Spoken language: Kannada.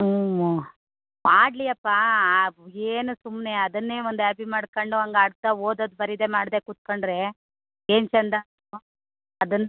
ಹ್ಞೂ ಆಡಲಿಯಪ್ಪಾ ಆ ಏನು ಸುಮ್ಮನೆ ಅದನ್ನೇ ಒಂದು ಹ್ಯಾಬಿ ಮಾಡ್ಕಂಡು ಹಂಗೆ ಆಡ್ತಾ ಓದೋದು ಬರೀದೆ ಮಾಡದೇ ಕುತ್ಕೊಂಡ್ರೆ ಏನು ಚಂದ ಅದನ್ನ